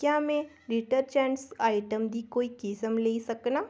क्या में detergent item दी कोई किस्म लेई सकनां